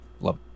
Love